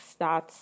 stats